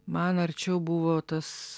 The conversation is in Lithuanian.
man arčiau buvo tas